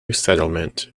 settlement